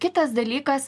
kitas dalykas